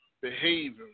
behaving